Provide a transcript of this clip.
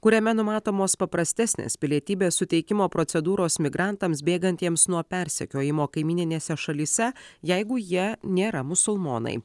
kuriame numatomos paprastesnės pilietybės suteikimo procedūros migrantams bėgantiems nuo persekiojimo kaimyninėse šalyse jeigu jie nėra musulmonai